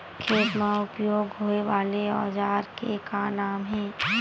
खेत मा उपयोग होए वाले औजार के का नाम हे?